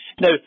Now